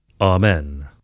Amen